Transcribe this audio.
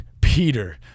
Peter